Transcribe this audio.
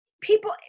people